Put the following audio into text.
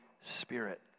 Spirit